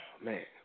man